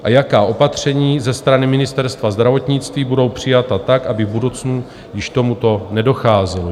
A jaká opatření ze strany Ministerstva zdravotnictví budou přijata tak, aby v budoucnu již k tomuto nedocházelo?